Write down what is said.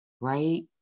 right